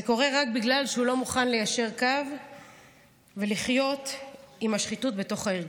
זה קורה רק בגלל שהוא לא מוכן ליישר קו ולחיות עם השחיתות בתוך הארגון.